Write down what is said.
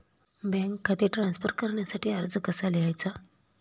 Bank खाते transfer करण्यासाठी अर्ज कसा लिहायचा?